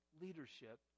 leadership